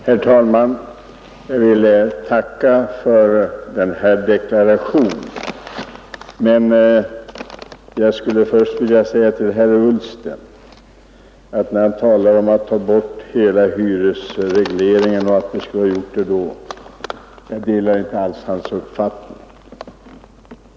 Herr talman! Jag vill tacka för statsrådet Lidboms deklaration men skulle vilja säga några ord till herr Ullsten. När han talar om att man borde ta bort hela hyresregleringen och att detta skulle ha gjorts tidigare, delar jag alls inte hans uppfattning.